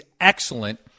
excellent